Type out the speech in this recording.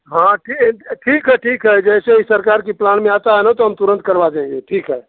हाँ ठीक ठीक है ठीक है जैसे ही सरकार की प्लान में आता है तो हम तुरंत करवा देंगे ठीक है